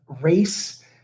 race